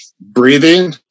breathing